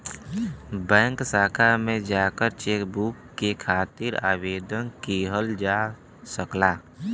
bank शाखा में जाकर चेकबुक के खातिर आवेदन किहल जा सकला